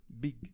Big